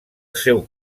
seu